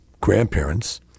grandparents